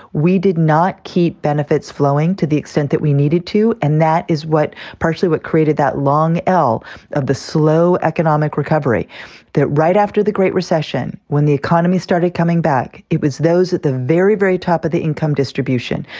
we did not keep benefits flowing to the extent that we needed to. and that is what partially what created that long l of the slow economic recovery that right after the great recession, when the economy started coming back, it was those at the very, very top of the income distribution,